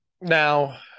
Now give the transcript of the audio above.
Now